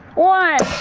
one.